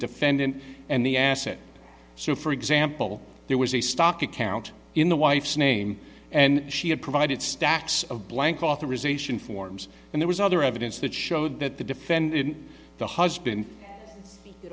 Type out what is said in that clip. defendant and the asset so for example there was a stock account in the wife's name and she had provided stacks of blank authorisation forms and there was other evidence that showed that the defendant the husband